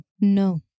No